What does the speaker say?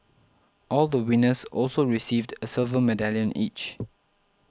all the winners also received a silver medallion each